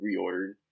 reordered